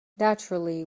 naturally